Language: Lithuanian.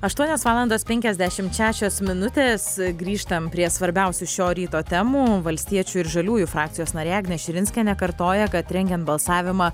aštuonios valandos penkiasdešimt šešios minutės grįžtam prie svarbiausių šio ryto temų valstiečių ir žaliųjų frakcijos narė agnė širinskienė kartoja kad rengiant balsavimą